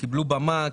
קיבלו במה,